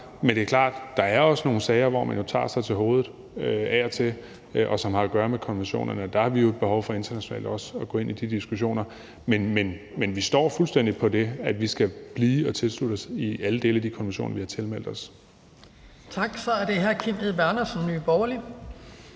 Men det er klart, at der også af og til er nogle sager, som har at gøre med konventionerne, hvor man tager sig til hovedet, og der har vi jo et behov for også internationalt at gå ind i de diskussioner. Men vi går fuldstændig ind for, at vi skal blive i og tilslutte os alle dele af de konventioner, vi har tilmeldt os.